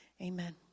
amen